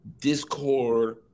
Discord